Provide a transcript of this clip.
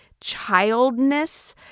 childness